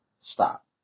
Stop